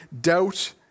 doubt